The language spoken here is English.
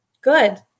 Good